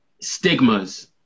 stigmas